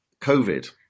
COVID